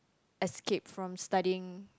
escape from studying